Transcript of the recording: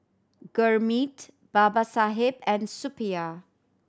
Gurmeet Babasaheb and Suppiah